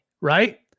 right